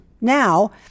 now